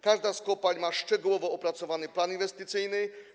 Każda z kopalń ma szczegółowo opracowany plan inwestycyjny.